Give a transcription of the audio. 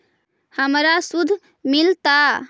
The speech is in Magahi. हमरा शुद्ध मिलता?